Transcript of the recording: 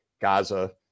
Gaza